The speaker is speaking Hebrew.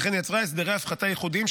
וכן יצרה הסדרי הפחתה ייחודיים,